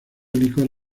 licor